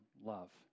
love